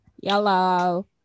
Yellow